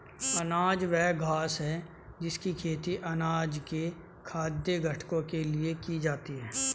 अनाज वह घास है जिसकी खेती अनाज के खाद्य घटकों के लिए की जाती है